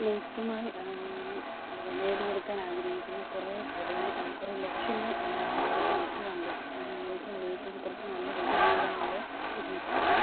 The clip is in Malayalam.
നെയ്ത്തുമായി നേടിയെടുക്കാൻ ആഗ്രഹിക്കുന്ന കുറേ കാര്യങ്ങൾ കുറേ ലക്ഷ്യങ്ങൾ എനിക്കും ഉണ്ട് എനിക്ക് നെയ്ത്തിൽ കുറച്ച് നല്ല രീതിയിൽ അറിയാമെന്നുള്ള ഒരു വ്യക്തിയാണ്